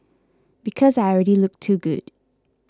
because I already look too good